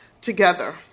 together